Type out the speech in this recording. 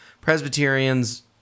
Presbyterians